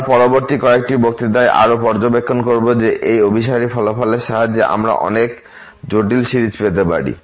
আমরা পরবর্তী কয়েকটি বক্তৃতায় আবারও পর্যবেক্ষণ করব যে এই অভিসারী ফলাফলের সাহায্যে আমরা অনেক জটিল সিরিজ পেতে পারি